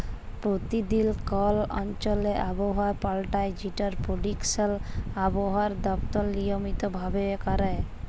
পরতিদিল কল অঞ্চলে আবহাওয়া পাল্টায় যেটর পেরডিকশল আবহাওয়া দপ্তর লিয়মিত ভাবে ক্যরে